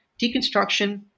deconstruction